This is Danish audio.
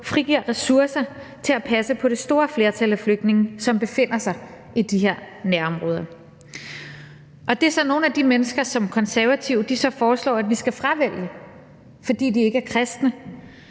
frigiver ressourcer til at passe på det store flertal af flygtninge, som befinder sig i de her nærområder. Det er så nogle af de mennesker, som Konservative foreslår at vi skal fravælge, fordi de ikke er kristne,